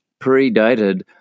predated